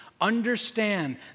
understand